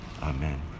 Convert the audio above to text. Amen